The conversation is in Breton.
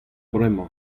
bremañ